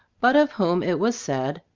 but of whom it was said,